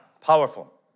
powerful